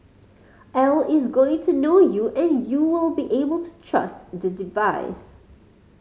A I is going to know you and you will be able to trust the device